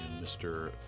Mr